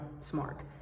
smart